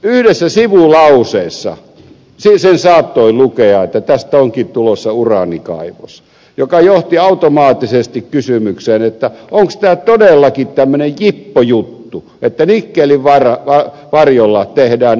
yhdessä sivulauseessa sen saattoi lukea että tästä onkin tulossa uraanikaivos mikä johti automaattisesti kysymykseen onko tämä todellakin tämmöinen jippojuttu että nikkelin varjolla tehdään uraanikaivos